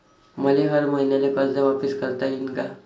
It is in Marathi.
मले हर मईन्याले कर्ज वापिस करता येईन का?